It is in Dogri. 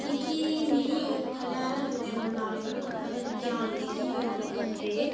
की के मिगी अगर थल्लें आह्ले बंदे कोल नालेज होग मतलब ज्ञान जेह्की में उ'नें गी ते